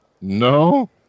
No